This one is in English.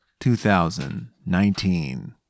2019